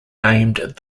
named